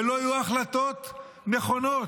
ולא יהיו החלטות נכונות.